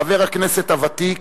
חבר הכנסת הוותיק